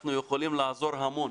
אנחנו יכולים לעזור המון,